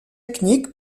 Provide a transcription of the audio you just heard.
technique